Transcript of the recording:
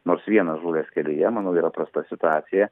nors vienas žuvęs kelyje manau yra prasta situacija